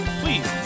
please